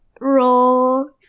roll